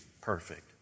perfect